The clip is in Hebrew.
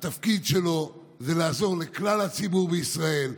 התפקיד שלו זה לעזור לכלל הציבור בישראל,